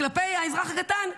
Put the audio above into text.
כלפי האזרח הקטן,